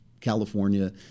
California